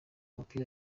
umupira